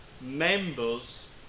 members